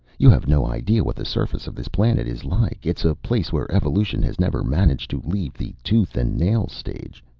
you have no idea what the surface of this planet is like it's a place where evolution has never managed to leave the tooth-and-nail stage.